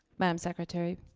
madame secretary.